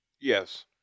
Yes